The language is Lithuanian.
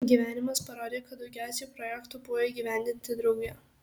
gyvenimas parodė kad daugiausiai projektų buvo įgyvendinti drauge